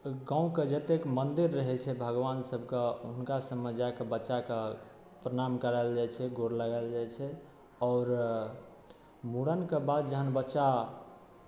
गाँवके जतेक मन्दिर रहै छै भगवान सबके हुनका सबमे जाकऽ बच्चाके प्रणाम कराओल जाइ छै गोर लगाओल जाइ छै आओर मुरन के बाद जहन बच्चा